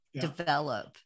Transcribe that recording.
develop